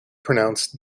pronounced